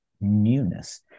newness